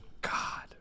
god